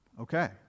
Okay